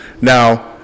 Now